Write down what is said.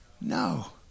No